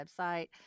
website